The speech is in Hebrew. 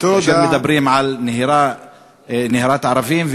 כאשר מדברים על נהירת ערבים,